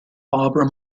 barbara